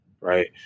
Right